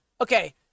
okay